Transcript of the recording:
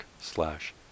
slash